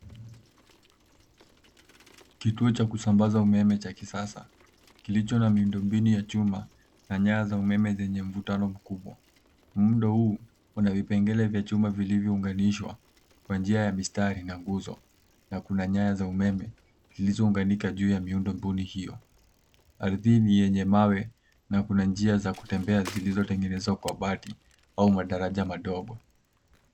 Kituo cha kusambaza umeme cha kisasa, kilicho na miundo mbinu ya chuma na nyaya za umeme zenyu mvutano mkubwa. Muundo huu, una vipengele vya chuma vilivyounganishwa kwa njia ya mistari na nguzo. Na kuna nyaya za umeme, zilizounganika juu ya miundo mbuni hiyo. Ardhi hii ni yenye mawe na kuna njia za kutembea zilizotengenezwa kwa bati au madaraja madogo.